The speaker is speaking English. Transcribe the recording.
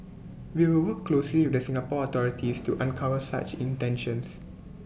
we will work closely with the Singapore authorities to uncover such intentions